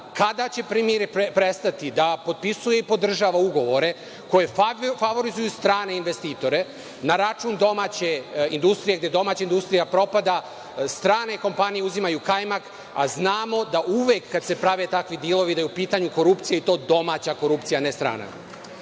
Kada će premijer prestati da potpisuje i podržava ugovore koje favorizuju strane investitore na račun domaće industrije, gde domaća industrija propada, strane kompanije uzimaju kajmak, a znamo da uvek kad se prave takvi dilovi da je u pitanju korupcija i to domaća korupcija, a ne